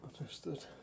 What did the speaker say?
understood